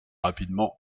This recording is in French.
rapidement